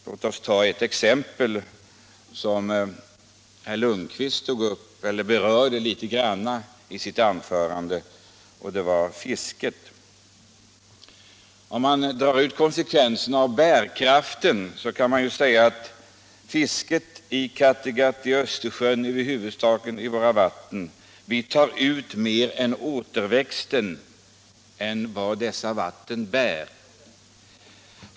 Låt oss ta ett exempel som herr Lundkvist berörde litet i sitt anförande, nämligen fisket. Om man drar konsekvenserna av bärkraften kan man när det gäller fisket i Kattegatt, i Östersjön och våra vatten över huvud taget säga att vi tar ut mer än återväxten, mer än dessa vatten bär.